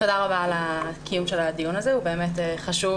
תודה רבה על הקיום של הדיון הזה, הוא באמת חשוב.